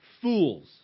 fools